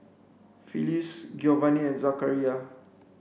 Phillis Giovani Zachariah